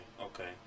okay